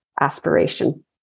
aspiration